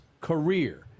career